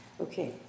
Okay